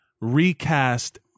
recast